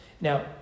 Now